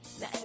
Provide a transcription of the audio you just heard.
now